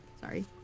Sorry